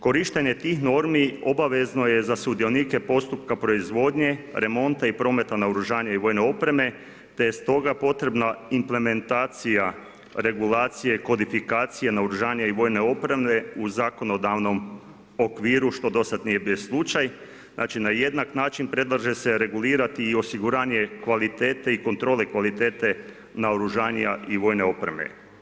Korištenje tih normi obavezno je za sudionike postupka proizvodnje, remonta i prometa naoružanja i vojne opreme, te je stoga potrebna implementacija regulacije kodifikacije naoružanja i vojne opreme u zakonodavnom okviru što dosad nije bio slučaj, znači na jednak način predlaže se regulirati i osiguranije kvalitete i kontrole kvalitete naoružanja i vojne opreme.